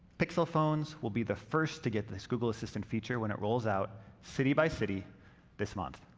pixel phones will be the first to get this google assistant feature when it rolls out city by city this month.